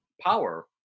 power